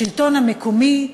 השלטון המקומי,